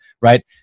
Right